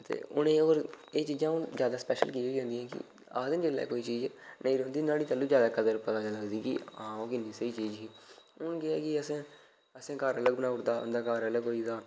ते हून एह् और एह् चीजां ज्यादा स्पैशल की होई जंदियां कि आखदे न जदूं कोई चीज नेइ रौंदी नाह्ड़ी तदूं ज्यादा कदर पता लगदी कि आं ओह् किन्नी स्हेई चीज ही हून के ऐ कि असें असें घर अलग बनाऊ उड़े दा उंदा घर अलग होई गेदा